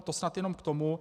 To snad jenom k tomu.